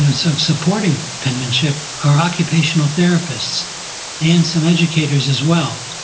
you know some supporting penmanship, or occupational therapists and some educators as well.